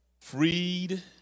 freed